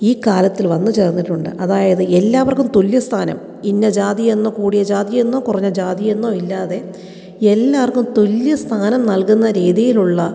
ഈ കാലത്തിൽ വന്ന് ചേർന്നിട്ടുണ്ട് അതായത് എല്ലാവർക്കും തുല്യ സ്ഥാനം ഇന്ന ജാതിയെന്നോ കൂടിയ ജാതിയെന്നോ കുറഞ്ഞ ജാതിയെന്നോ ഇല്ലാതെ എല്ലാർക്കും തുല്യ സ്ഥാനം നൽകുന്ന രീതിയിലുള്ള